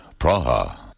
Praha